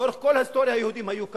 לאורך כל ההיסטוריה היהודים היו כאן.